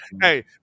Hey